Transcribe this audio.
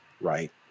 right